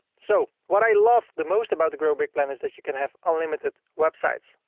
so what i love the most about the growbig plan is that you can have unlimited websites,